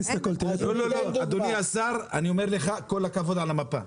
אדוני השר, כל הכבוד על המפה.